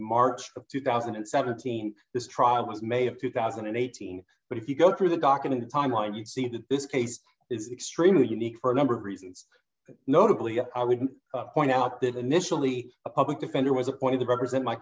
march of two thousand and seventeen this trial was may of two thousand and eighteen but if you go through the docket in the timeline you'll see that this case is extremely unique for a number of reasons notably i would point out that initially a public defender was appointed to represent my